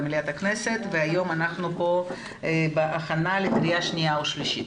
והיום אנחנו כאן בהכנה לקריאה שנייה ושלישית.